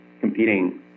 competing